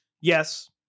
Yes